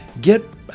get